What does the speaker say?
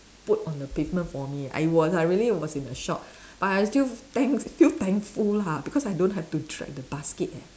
put on the pavement for me I was I really was in a shock but I still thanks feel thankful lah because I don't have to the drag the basket eh